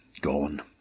gone